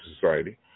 society